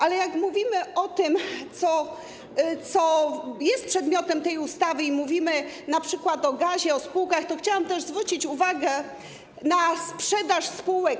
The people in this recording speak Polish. Ale jak mówimy o tym, co jest przedmiotem tej ustawy, i mówimy np. o gazie, o spółkach, to chciałam też zwrócić uwagę na sprzedaż spółek.